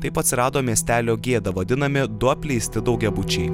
taip atsirado miestelio gėda vadinami du apleisti daugiabučiai